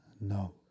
No